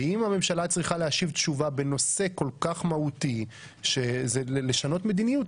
ואם הממשלה צריכה להשיב תשובה בנושא כל כך מהותי שזה לשנות מדיניות,